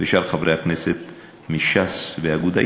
ושאר חברי הכנסת מש"ס ומהאגודה,